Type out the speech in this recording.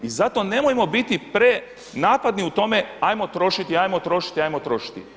I zato nemojmo biti prenapadni u tome ajmo trošiti, ajmo trošiti, ajmo trošiti.